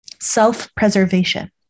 Self-preservation